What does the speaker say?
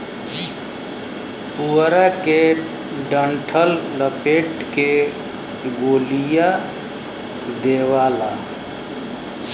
पुआरा के डंठल लपेट के गोलिया देवला